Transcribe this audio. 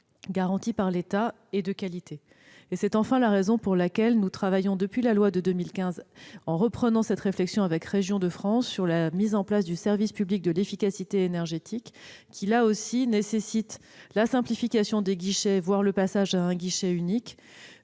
garanties par l'État et de qualité. C'est enfin la raison pour laquelle nous travaillons, depuis la loi de 2015, en reprenant cette réflexion avec Régions de France, sur la mise en place d'un service public de l'efficacité énergétique, qui nécessite la simplification des guichets, voire le passage à un guichet unique,